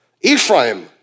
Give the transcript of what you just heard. Ephraim